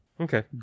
Okay